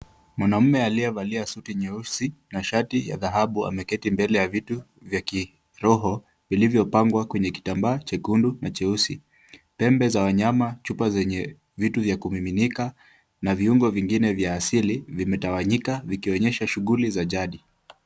Mwanamume aliyevalia suti nyeusi na shati ya dhahabu ameketi mbele ya vitu vya kiroho vilivyopangwa kwenye kitambaa chekundu na cheusi. Pembe za wanyama ,chupa zenye vitu vya kumiminika na viungo vingine vya kiasili vimetawanyika vikionyesha shughuli za jadi.